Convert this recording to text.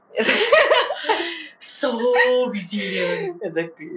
exactly